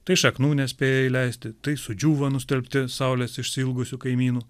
tai šaknų nespėja įleisti tai sudžiūva nustelbti saulės išsiilgusių kaimynų